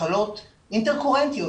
מחלות אינטרקורנטיות,